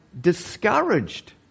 discouraged